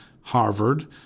Harvard